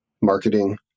marketing